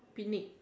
picnic